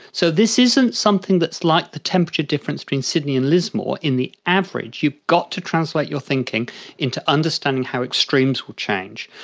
so this isn't something that's like the temperature difference between sydney and lismore. in the average you've got to translate your thinking into understanding how extremes will change.